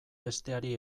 besteari